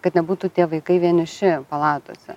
kad nebūtų tie vaikai vieniši palatose